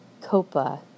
Copa